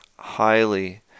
highly